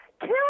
Kill